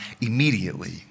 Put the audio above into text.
immediately